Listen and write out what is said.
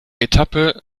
etappe